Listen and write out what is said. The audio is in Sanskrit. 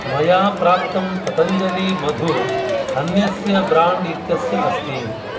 मया प्राप्तं पतञ्जलि मधु अन्यस्य ब्राण्ड् इत्यस्य अस्ति